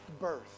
birth